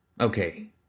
Okay